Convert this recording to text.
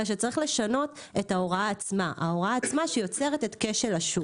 אלא שצריך לשנות את ההוראה עצמה שיוצרת את כשל השוק.